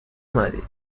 آمدید